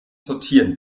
sortieren